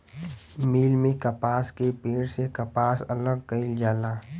मिल में कपास के पेड़ से कपास अलग कईल जाला